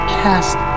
cast